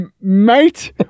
Mate